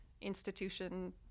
institution